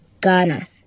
Ghana